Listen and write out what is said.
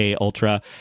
ultra